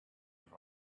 and